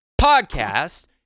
podcast